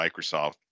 Microsoft